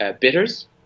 bitters